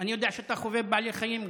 אני יודע שגם אתה חובב בעלי חיים.